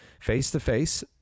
face-to-face